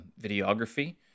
videography